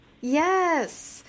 Yes